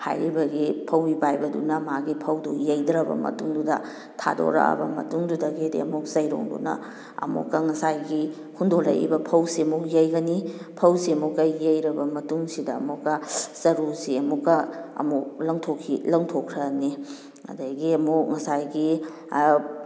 ꯍꯥꯏꯔꯤꯕꯒꯤ ꯐꯧꯕꯤ ꯄꯥꯏꯕꯗꯨꯅ ꯃꯥꯒꯤ ꯐꯧꯗꯨ ꯌꯩꯊꯔꯕ ꯃꯇꯨꯡꯗꯨꯗ ꯊꯥꯗꯣꯔꯛꯑꯕ ꯃꯇꯨꯡꯗꯨꯗꯒꯤꯗꯤ ꯑꯃꯨꯛ ꯆꯩꯔꯣꯡꯗꯨꯅ ꯑꯃꯨꯛꯀ ꯉꯁꯥꯏꯒꯤ ꯍꯨꯟꯗꯣꯔꯛꯏꯕ ꯐꯧꯁꯤ ꯑꯃꯨꯛ ꯌꯩꯒꯅꯤ ꯐꯧꯁꯤ ꯑꯃꯨꯛꯀ ꯌꯩꯔꯕ ꯃꯇꯨꯡꯁꯤꯗ ꯑꯃꯨꯛꯀ ꯆꯔꯨꯁꯤ ꯑꯃꯨꯛꯀ ꯑꯃꯨꯛ ꯂꯪꯊꯣꯛꯈ꯭ꯔꯅꯤ ꯑꯗꯨꯗꯒꯤ ꯑꯃꯨꯛ ꯉꯁꯥꯏꯒꯤ